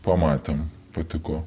pamatėm patiko